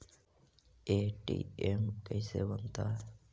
ATM कैसे बनता?